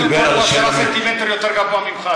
קודם כול, הוא בעשרה סנטימטר יותר גבוה ממך.